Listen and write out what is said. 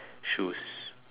shoes